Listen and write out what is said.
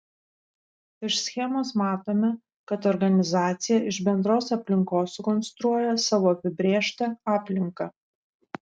iš schemos matome kad organizacija iš bendros aplinkos sukonstruoja savo apibrėžtą aplinką